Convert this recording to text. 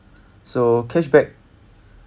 so cashback